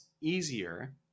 easier